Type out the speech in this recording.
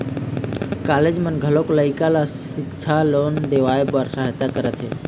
college मन घलोक लइका ल सिक्छा लोन देवाए बर सहायता करत हे